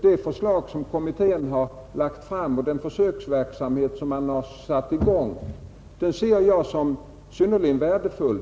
Det förslag som kommittén har lagt fram och den försöksverksamhet som man har satt i gång ser jag som något synnerligen värdefullt.